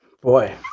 boy